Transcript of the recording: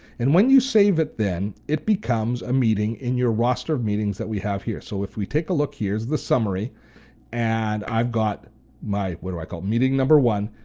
and when you save it then, it becomes a meeting in your roster of meetings that we have here. so if we take a look, here's the summary and i've got my, what do i call it, meeting number one,